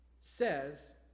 says